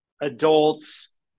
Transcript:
adults